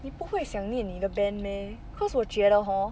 你不会想念你的 band meh cause 我觉得 hor